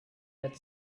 that